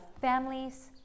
families